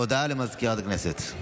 הודעה לסגנית מזכיר הכנסת.